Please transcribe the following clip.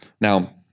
Now